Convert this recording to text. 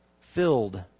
filled